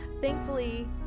Thankfully